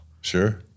Sure